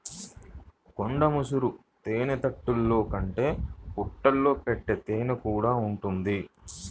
కొండ ముసురు తేనెతుట్టెలే కాకుండా పుట్టల్లో పెట్టే తేనెకూడా ఉంటది